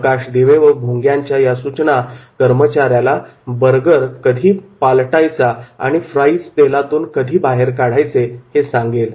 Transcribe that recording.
प्रकाश दिवे व भोंग्याच्या या सूचना कर्मचाऱ्याला बर्गर कधी पालटायचा आणि फ्राईज तेलातून कधी बाहेर काढायचे हे सांगेल